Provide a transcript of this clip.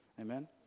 Amen